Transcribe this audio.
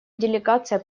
делегация